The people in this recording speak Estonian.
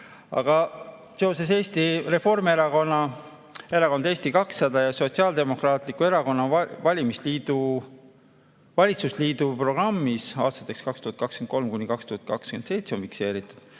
Aga Eesti Reformierakonna, Erakonna Eesti 200 ja Sotsiaaldemokraatliku Erakonna valitsusliidu programmis aastateks 2023–2027 on fikseeritud: